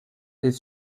est